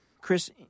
Chris